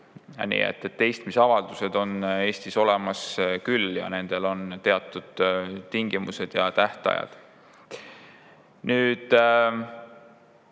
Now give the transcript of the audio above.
Nii et teistmisavaldused on Eestis olemas küll ja nendel on teatud tingimused ja tähtajad. Küsimus